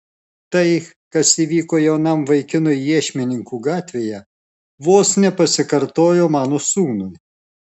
tai kas įvyko jaunam vaikinui iešmininkų gatvėje vos nepasikartojo mano sūnui